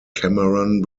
cameron